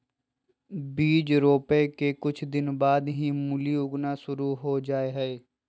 बीज रोपय के कुछ दिन बाद ही मूली उगना शुरू हो जा हय